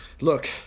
Look